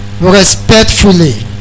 Respectfully